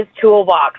toolbox